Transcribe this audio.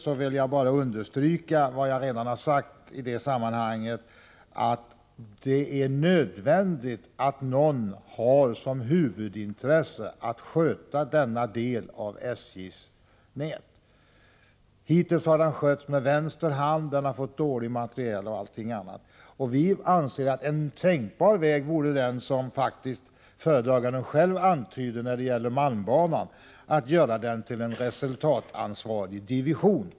Jag vill bara understryka vad jag redan har sagt i det sammanhanget, att det är nödvändigt att någon har som huvuduppgift att sköta denna del av SJ:s nät. Hittills har den skötts med vänster hand, den har fått dålig materiel osv. Vi anser att en tänkbar väg vore den som föredraganden själv antyder när det gäller malmbanan — att göra banan till en resultatansvarig division.